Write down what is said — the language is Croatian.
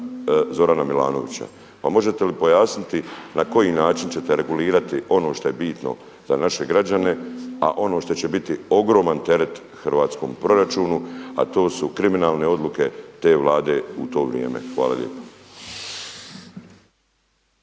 Zorana Milanovića. Pa možete li pojasniti na koji način ćete regulirati ono što je bitno za naše građane, a ono što će biti ogroman teret hrvatskom proračunu, a to su kriminalne odluke te Vlade u to vrijeme. Hvala lijepa.